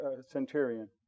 centurion